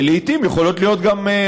לעיתים יכולות להיות גם,